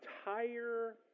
entire